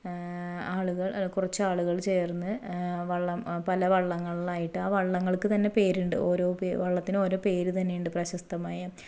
ആളുകൾ അല്ല കുറച്ച് ആളുകൾ ചേർന്ന് വള്ളം പല വള്ളങ്ങളിലായിട്ട് ആ വള്ളങ്ങൾക്ക് തന്നെ പേരുണ്ട് ഓരോ പേ വള്ളത്തിനോരോ പേര് തന്നെയുണ്ട് പ്രശസ്തമായ